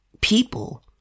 People